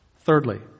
Thirdly